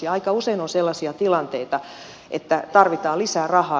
ja aika usein on sellaisia tilanteita että tarvitaan lisää rahaa